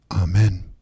Amen